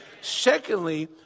Secondly